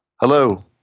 Hello